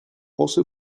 also